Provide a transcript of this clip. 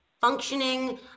functioning